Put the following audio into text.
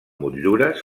motllures